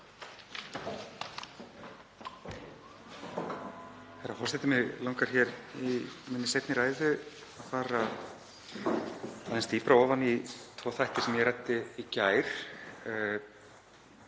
Herra forseti. Mig langar í minni seinni ræðu að fara aðeins dýpra ofan í tvo þætti sem ég ræddi í gær.